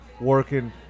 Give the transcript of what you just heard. working